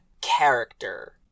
character